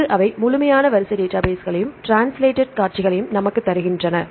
அங்கு அவை முழுமையான வரிசை டேட்டாபேஸ்களையும் அவை ட்ரான்ஸ்லேட்ட் காட்சிகளையும் நமக்கு தருகின்றன